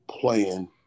playing